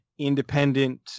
independent